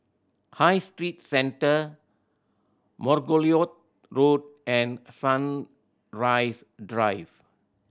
High Street Centre Margoliouth Road and Sunrise Drive